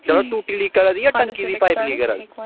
थुआढ़ी टूटी लीक करा दी जां पाईप लीक करा दी